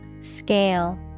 Scale